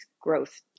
growth